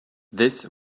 this